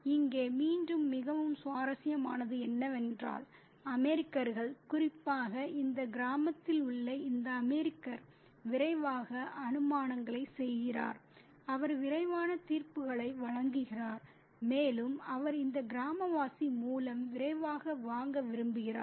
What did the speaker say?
இங்கே மீண்டும் மிகவும் சுவாரஸ்யமானது என்னவென்றால் அமெரிக்கர்கள் குறிப்பாக இந்த கிராமத்தில் உள்ள இந்த அமெரிக்கர் விரைவாக அனுமானங்களைச் செய்கிறார் அவர் விரைவான தீர்ப்புகளை வழங்குகிறார் மேலும் அவர் இந்த கிராமவாசி மூலம் விரைவாக வாங்க விரும்புகிறார்